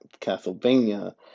Castlevania